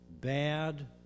bad